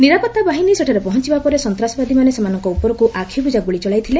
ନିରାପତ୍ତା ବାହିନୀ ସେଠାରେ ପହଞ୍ଚବା ପରେ ସନ୍ତାସବାଦୀମାନେ ସେମାନଙ୍କ ଉପରକୁ ଆଖିବୁଜା ଗୁଳି ଚଳାଇଥିଲେ